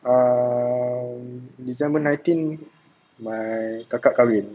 err december nineteen my kakak kahwin